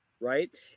right